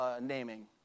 naming